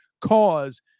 cause